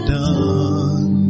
done